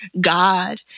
God